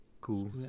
cool